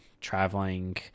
traveling